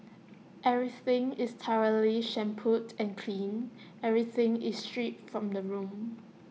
everything is thoroughly shampooed and cleaned everything is stripped from the room